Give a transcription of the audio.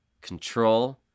control